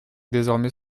désormais